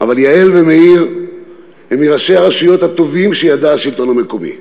אבל יעל ומאיר הם מראשי הרשויות הטובים שידע השלטון המקומי,